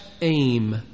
aim